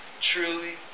truly